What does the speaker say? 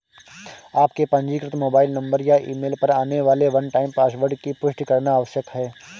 आपके पंजीकृत mobile number या ईमेल पर आने वाले वन टाइम पासवर्ड की पुष्टि करना आवश्यक है